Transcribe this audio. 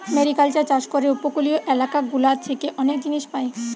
mariculture চাষ করে উপকূলীয় এলাকা গুলা থেকে অনেক জিনিস পায়